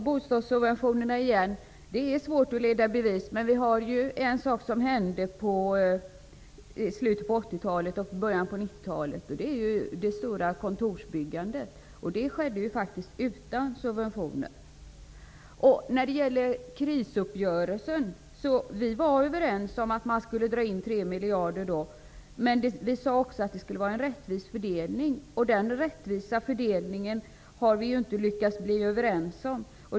Fru talman! Det är svårt att leda i bevis att bostadssubventionerna skulle ha drivit upp kostnaderna. I slutet av 80-talet och i början av 90 Det skedde faktiskt utan subventioner. I krisuppgörelsen var vi överens om att man skulle dra in 3 miljarder. Vi sade dock att det skulle vara en rättvis fördelning. Hur den rättvisa fördelningen skall vara har vi inte lyckats komma överens om.